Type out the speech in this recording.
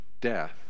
death